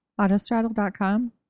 AutoStraddle.com